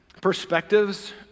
perspectives